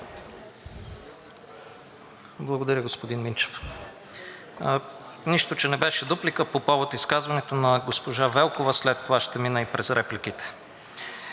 Благодаря, господин Минчев. Нищо, че не беше дуплика по повод изказването на госпожа Велкова, след това ще мина и през репликите.